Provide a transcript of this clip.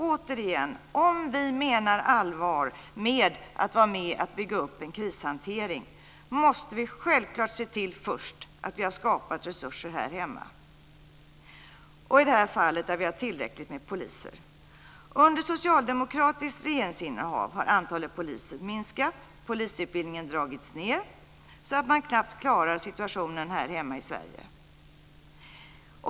Återigen, om vi menar allvar med att vara med och bygga upp en krishantering måste vi självklart först se till att vi har skapat resurser här hemma. I det här fallet är det att vi har tillräckligt med poliser. Under socialdemokratiskt regeringsinnehav har antalet poliser minskat och polisutbildningen dragits ned så att man knappt klarar situationen här hemma i Sverige.